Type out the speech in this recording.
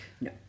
No